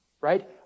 right